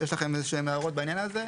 שואל אם יש להם הערות בעניין זה,